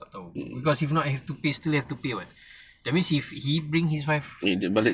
tak tahu because if not have to pay still have to pay [what] that means he if he bring his wife